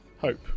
Hope